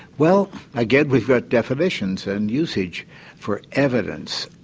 well again we've got definitions and usage for evidence.